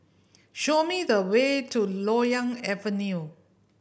show me the way to Loyang Avenue